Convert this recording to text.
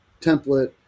template